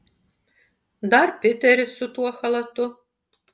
dar piteris su tuo chalatu